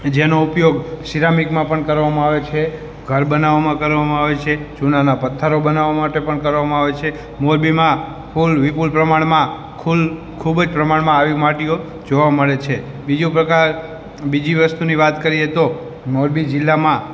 જેનો ઉપયોગ સીરામિકમાં પણ કરવામાં આવે છે ઘર બનાવવામાં કરવામાં આવે છે ચૂનાના પથ્થરો બનાવવા માટે પણ કરવામાં આવે છે મોરબીમાં ફુલ વિપુલ પ્રમાણમાં ફુલ ખૂબ જ પ્રમાણમાં આવી માટીઓ જોવા મળે છે બીજો પ્રકાર બીજી વસ્તુની વાત કરીએ તો મોરબી જિલ્લામાં